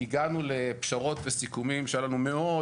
הגענו לפשרות וסיכומים שהיה לנו מאוד